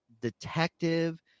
detective